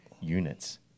units